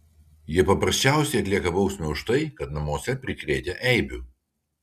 jie paprasčiausiai atlieka bausmę už tai kad namuose prikrėtę eibių